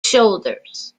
shoulders